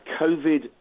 COVID